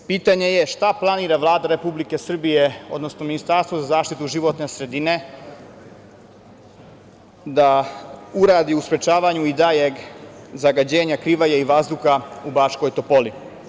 Pitanje je – šta planira Vlada Republike Srbije, odnosno Ministarstvo za zaštitu životne sredine da uradi u sprečavanju daljeg zagađenja Krivaje i vazduha u Bačkoj Topoli?